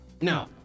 No